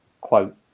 quote